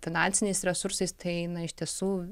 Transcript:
finansiniais resursais tai iš tiesų